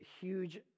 huge